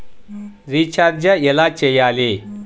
Recharge ఎలా చెయ్యాలి?